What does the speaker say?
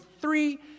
three